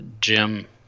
Jim